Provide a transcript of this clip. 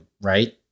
right